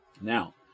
Now